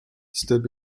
stood